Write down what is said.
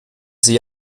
sehe